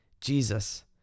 Jesus